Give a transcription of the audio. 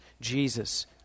Jesus